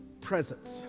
presence